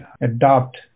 adopt